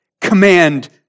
command